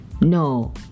No